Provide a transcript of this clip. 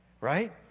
Right